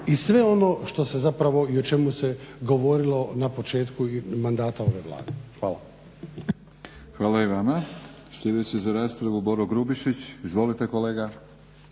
i sve ono što se zapravo i o čemu se govorilo na početku mandata ove Vlade. Hvala. **Batinić, Milorad (HNS)** Hvala i vama. Sljedeći za raspravu Boro Grubišić. Izvolite kolega.